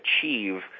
achieve